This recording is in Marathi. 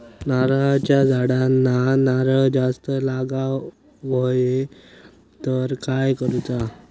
नारळाच्या झाडांना नारळ जास्त लागा व्हाये तर काय करूचा?